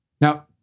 Now